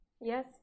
yes